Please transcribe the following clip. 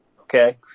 Okay